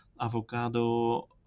avocado